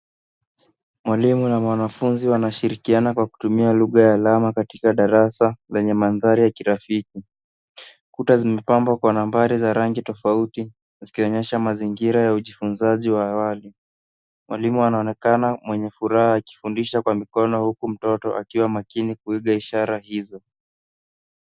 Mwalimu na mwanafunzi wanashirikiana kwa kutumia lugha ya alama katika darasa lenye mandhari ya kirafiki. Kuta zimepambwa kwa nambari na rangi tofauti zikionyesha mazingira ya ujifunzaji wa awali. Mwalimu anaonekana mwenye furaha akifundisha kwa mikono huku mtoto akiwa makini kuiga ishara hizo.